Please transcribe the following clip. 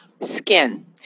skin